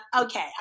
okay